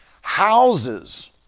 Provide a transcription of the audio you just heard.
houses